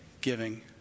Giving